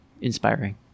inspiring